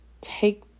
take